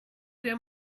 der